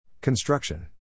Construction